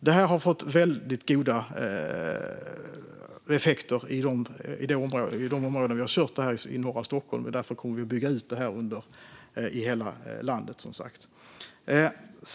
Det här har gett god effekt i de områden i norra Stockholm där vi har prövat det. Därför kommer vi som sagt att bygga ut detta i hela landet.